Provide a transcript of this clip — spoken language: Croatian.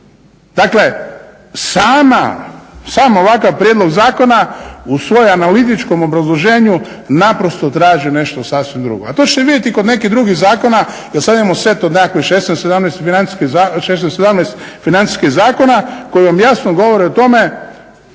Dakle, sam ovakav prijedlog zakona svom analitičkom obrazloženju naprosto traži nešto sasvim drugo a to ćete vidjeti kod nekih drugih zakona. Jer sada imamo set od nekakavih 16, 17 financijskih zakona koji vam jasno govore o tome,